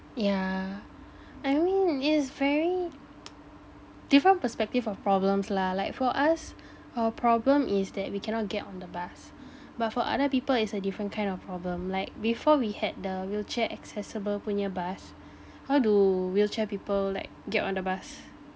yeah I mean it's very different perspective of problems lah like for us our problem is that we cannot get on the bus but for other people it's a different kind of problem like before we had the wheelchair accessible punya bus how do wheelchair people like get on the bus